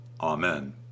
Amen